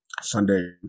Sunday